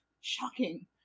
Shocking